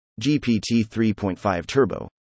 GPT-3.5-turbo